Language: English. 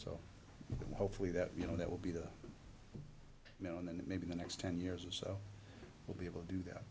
so hopefully that you know that will be there now and then maybe the next ten years or so we'll be able to do that